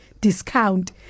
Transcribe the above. discount